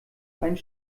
einen